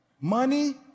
Money